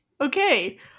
okay